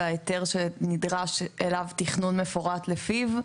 וההיתר שנדרש אליו תכנון מפורט לפיו,